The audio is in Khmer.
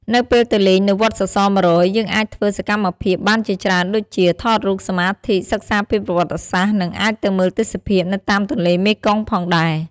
នៅពេលទៅលេងនៅវត្តសសរ ១០០ យើងអាចធ្វើសកម្មភាពបានជាច្រើនដូចជា ថតរូប សមាធិ សិក្សាពីប្រវត្តិសាស្ត្រ នឹងអាចទៅមើលទេសភាពនៅតាមទន្លេមេគង្គផងដែរ ។